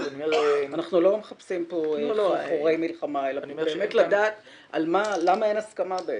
אנחנו לא מחפשים כאן מלחמה אלא באמת לדעת למה בעצם אין הסכמה.